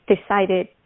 decided